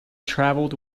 travelled